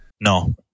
No